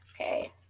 Okay